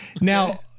Now